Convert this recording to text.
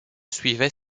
suivais